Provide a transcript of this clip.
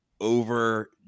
over